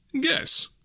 Guess